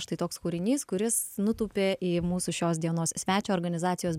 štai toks kuris nutūpė į mūsų šios dienos svečio organizacijos